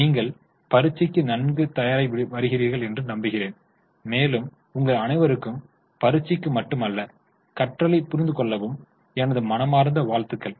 நீங்கள் பரீட்சைக்கு நன்கு தயாராகி வருகிறீர்கள் என்று நம்புகிறேன் மேலும் உங்கள் அனைவருக்கும் பரீட்சைக்கு மட்டுமல்ல கற்றலைப் புரிந்துகொள்ளவும் எனது மனமார்ந்த வாழ்த்துக்கள்